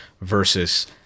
versus